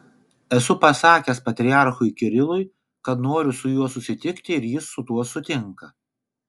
esu pasakęs patriarchui kirilui kad noriu su juo susitikti ir jis su tuo sutinka